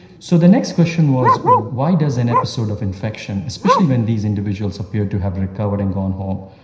so the next question was why does an episode of infection, especially when these individuals appear to have recovered and gone home,